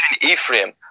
Ephraim